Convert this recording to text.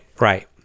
right